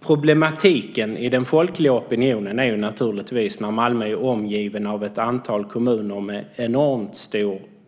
Problemet i den folkliga opinionen är naturligtvis att Malmö är omgivet av ett antal kommuner med